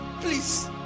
Please